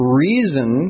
reason